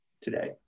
today